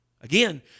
Again